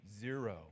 zero